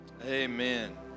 Amen